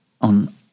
on